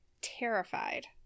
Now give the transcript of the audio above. terrified